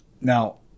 now